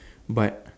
but